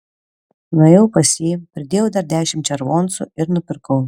nuėjau pas jį pridėjau dar dešimt červoncų ir nupirkau